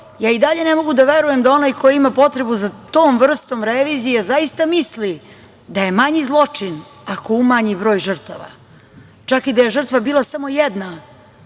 Ja i dalje ne mogu da verujem da onaj ko ima potrebu za tom vrstom revizije zaista misli da je manji zločin ako umanji broj žrtava, čak i da je žrtva bila samo jedna,